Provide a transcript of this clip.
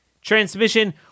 transmission